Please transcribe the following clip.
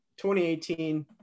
2018